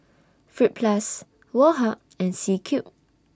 Fruit Plus Woh Hup and C Cube